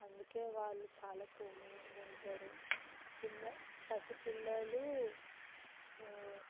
అందుకే వాళ్ళు చాలా కోమలంగా ఉంటారు చిన్న పసిపిల్లలు